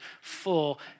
full